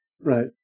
Right